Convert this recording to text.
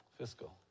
Fiscal